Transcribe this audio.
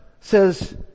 says